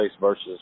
versus